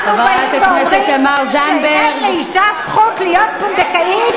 אנחנו באים ואומרים שאין לאישה זכות להיות פונדקאית?